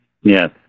Yes